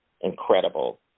incredible